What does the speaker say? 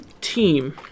team